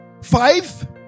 five